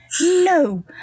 no